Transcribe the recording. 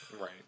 right